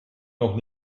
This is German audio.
noch